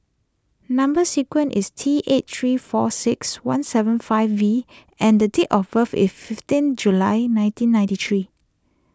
Number Sequence is T eight three four six one seven five V and date of birth is fifteen July nineteen ninety three